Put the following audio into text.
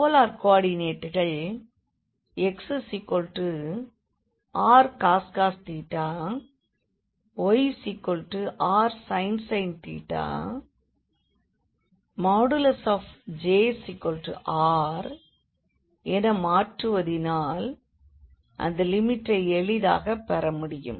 polar கோ ஆர்டிநேட்டுகள் xrcos yrsin Jrஎன மாற்றுவதினால் அந்த லிமிட்டை எளிதாகப் பெற முடியும்